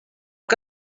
que